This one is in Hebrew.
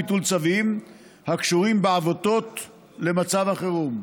ביטול צווים הקשורים בעבותות למצב החירום.